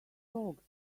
talks